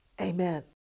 Amen